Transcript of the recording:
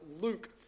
Luke